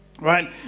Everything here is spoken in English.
right